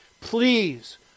Please